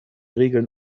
regeln